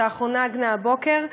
האחרונה רק הבוקר,